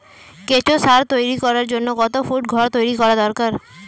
কেঁচো সার তৈরি করার জন্য কত ফুট ঘর তৈরি করা দরকার?